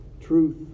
truth